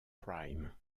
prime